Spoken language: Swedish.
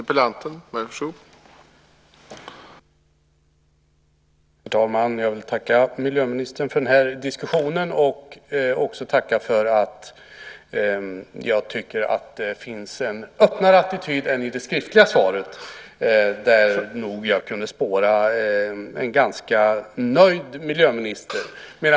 Herr talman! Jag vill tacka miljöministern för den här diskussionen och också tacka för att det, som jag tycker, finns en öppnare attityd än i det skriftliga svaret, där jag kunde spåra en ganska nöjd miljöminister.